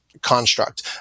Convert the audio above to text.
construct